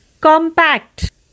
compact